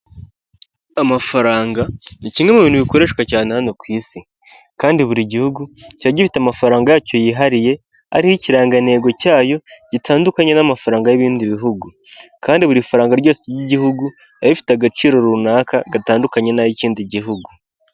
Amafaranga ni kimwe mu bintu bikoreshwa cyane hano ku isi kandi buri gihugu kiba gifite amafaranga yacyo yihariye ariho ikirangantego cyayo gitandukanye n'amafaranga y'ibindi bihugu, kandi buri faranga ryose ry'igihugu riba rifite agaciro runaka gatandukanye n'ay'ikindi gihugu.